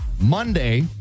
Monday